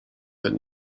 that